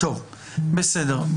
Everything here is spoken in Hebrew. בסדר.